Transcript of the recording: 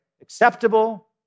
Acceptable